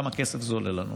כמה כסף זה עולה לנו.